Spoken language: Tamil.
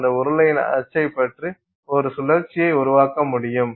அந்த உருளையின் அச்சை பற்றி ஒரு சுழற்சியை உருவாக்க முடியும்